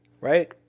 Right